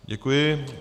Děkuji.